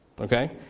Okay